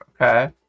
Okay